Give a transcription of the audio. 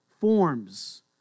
forms